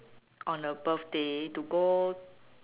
on her birthday to go